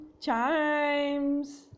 Chimes